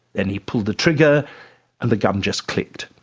and he pulled the trigger and the gun just clicked.